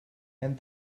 and